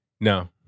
No